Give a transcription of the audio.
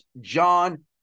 John